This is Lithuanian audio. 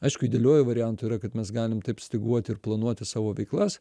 aišku idealiuoju variantu yra kad mes galim taip styguoti ir planuoti savo veiklas